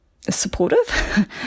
supportive